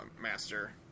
Master